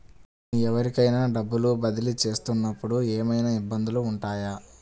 నేను ఎవరికైనా డబ్బులు బదిలీ చేస్తునపుడు ఏమయినా ఇబ్బందులు వుంటాయా?